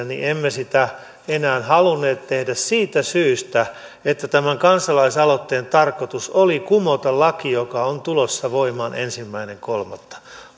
niin emme sitä enää halunneet tehdä siitä syystä että tämän kansalaisaloitteen tarkoitus oli kumota laki joka on tulossa voimaan ensimmäinen kolmatta